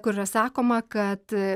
kur yra sakoma kad